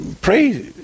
pray